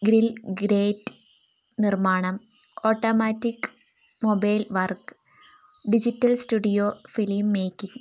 grill grate നിർമ്മാണം automatic mobile work digital studio film making